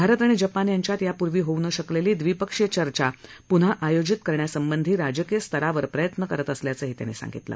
भारत आणि जपान यांच्यात यापूर्वी होऊ न शकलेली दविपक्षीय चर्चा पून्हा आयोजित करण्यासंबधीत राजकीय स्तराव प्रयत्न करत असल्याचंही त्यांनी सांगितलं